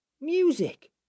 Music